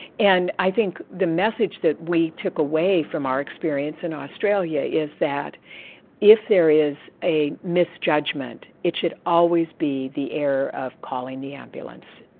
and i think the message that we took away from our experience in australia is that if there is a misjudgement it should always be the error of calling the ambulance,